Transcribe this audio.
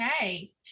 Okay